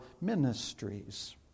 ministries